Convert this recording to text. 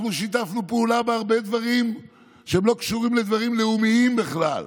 אנחנו שיתפנו פעולה בהרבה דברים שלא קשורים לדברים לאומיים בכלל.